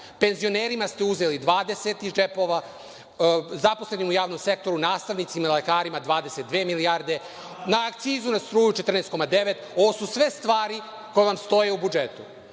Penzionerima ste uzeli 20 iz džepova, zaposlenima u javnom sektoru, nastavnicima i lekarima 22 milijarde, na akcizu na struju 14,9. Ovo su sve stvari koje vam stoje u budžetu.